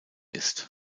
ist